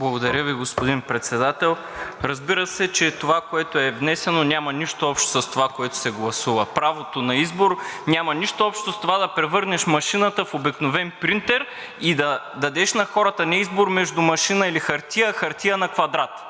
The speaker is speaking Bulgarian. Благодаря Ви, господин Председател. Разбира се, че това, което е внесено, няма нищо общо с това, което се гласува. Правото на избор няма нищо общо с това да превърнеш машината в обикновен принтер и да дадеш на хората избор между машина или хартия, а хартия на квадрат,